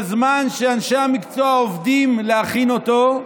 בזמן שאנשי המקצוע עובדים להכין אותו,